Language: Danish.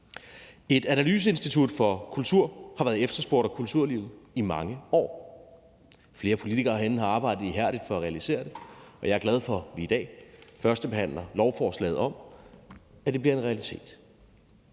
Et analyseinstitut for kultur har været efterspurgt af kulturlivet i mange år. Flere politikere herinde har arbejdet ihærdigt for at realisere det, og jeg er glad for, at vi i dag førstebehandler lovforslaget om at gøre det til en realitet.